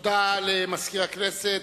אודיעכם,